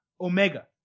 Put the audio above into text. Omega